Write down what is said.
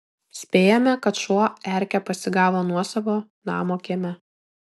spėjame kad šuo erkę pasigavo nuosavo namo kieme